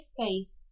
faith